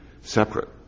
separate